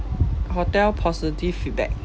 hotel positive feedback